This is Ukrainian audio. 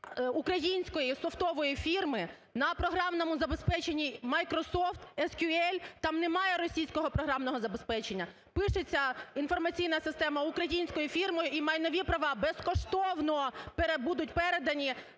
української софтової фірми на програмному забезпеченні "Microsoft", "SQL", там немає російського програмного забезпечення. Пишеться інформаційна система українською фірмою, і майнові права безкоштовно будуть передані